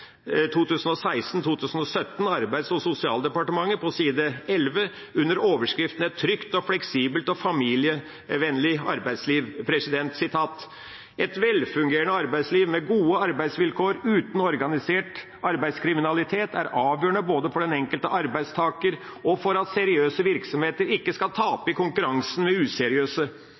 Arbeids- og sosialdepartementet, på side 11, under overskriften «Et trygt, fleksibelt og familievennlig arbeidsliv»: «Et velfungerende arbeidsliv med gode arbeidsvilkår uten organisert arbeidslivskriminalitet er avgjørende både for den enkelte arbeidstaker og for at seriøse virksomheter ikke skal tape i konkurranse med useriøse.